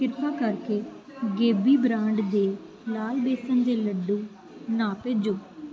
ਕਿਰਪਾ ਕਰਕੇ ਗੇਬੀ ਬ੍ਰਾਂਡ ਦੇ ਲਾਲ ਬੇਸਨ ਦੇ ਲੱਡੂ ਨਾ ਭੇਜੋ